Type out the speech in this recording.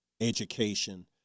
education